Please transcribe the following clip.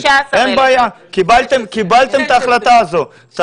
אין בעיה, קיבלתם את ההחלטה הזאת.